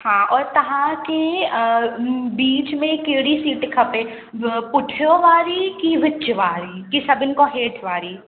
हा और तव्हांखे बीच में कहिड़ी सीट खपे पुठियों वारी की विच वारी की सभिनि खां हेठि वारी